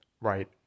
right